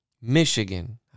Michigan